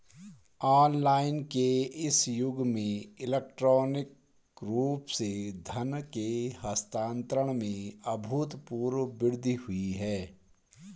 online के इस युग में इलेक्ट्रॉनिक रूप से धन के हस्तांतरण में अभूतपूर्व वृद्धि हुई है